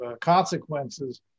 consequences